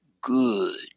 good